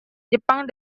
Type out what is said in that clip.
jepang